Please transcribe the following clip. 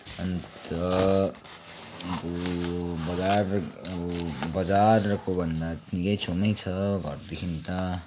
अन्त अब बजार अब बजारको भन्दा यहीँ छेउमै छ घरदेखि त